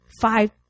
Five